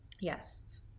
Yes